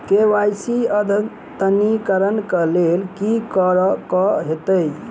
KYC अद्यतनीकरण कऽ लेल की करऽ कऽ हेतइ?